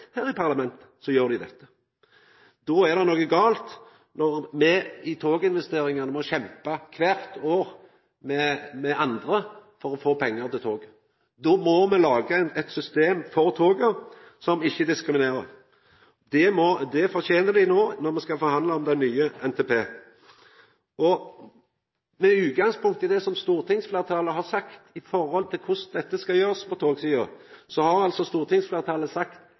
her i parlamentet, gjer dei det. Då er det noko gale når me må kjempa kvart år med andre for å få pengar til toginvesteringar. Då må me laga eit system for toga som ikkje diskriminerer. Det fortener dei no når me skal forhandla om ny NTP. Når det gjeld korleis dette skal gjerast på togsida, har stortingsfleirtalet sagt